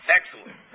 Excellent